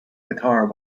guitar